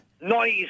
Noise